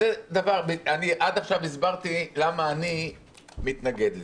עד עכשיו הסברתי למה אני מתנגד לזה.